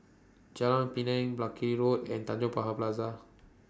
Jalan Pinang Buckley Road and Tanjong Pagar Plaza